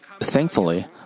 Thankfully